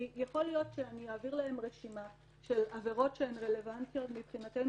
יכול להיות שאני אעביר להם רשימה של עבירות שרלוונטיות מבחינתנו